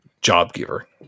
job-giver